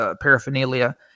paraphernalia